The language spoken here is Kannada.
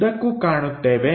ಉದ್ದಕ್ಕೂ ಕಾಣುತ್ತೇವೆ